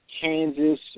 Kansas